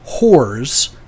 whores